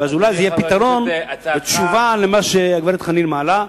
אולי זה יהיה פתרון ותשובה למה שהגברת חנין מעלה.